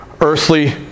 earthly